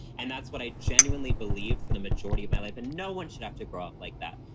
and that's what i genuinely believed for the majority of my life. and no one should have to grow up like that.